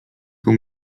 nam